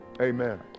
Amen